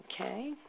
Okay